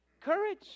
courage